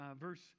verse